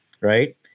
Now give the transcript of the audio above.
right